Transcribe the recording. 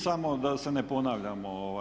Samo da se ne ponavljamo.